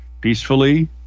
peacefully